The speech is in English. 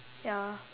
ya